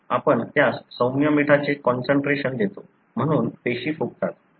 आपण त्यास सौम्य मिठाचे कॉन्सन्ट्रेशन देतो म्हणून पेशी फुगतात